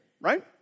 right